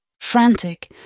Frantic